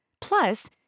Plus